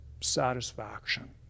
satisfaction